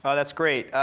ah that's great.